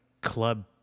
club